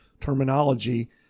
terminology